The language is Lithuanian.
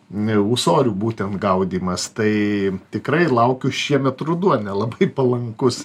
n ūsorių būtent gaudymas tai tikrai laukiu šiemet ruduo nelabai palankus